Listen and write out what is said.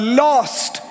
lost